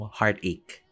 heartache